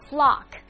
Flock